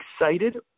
excited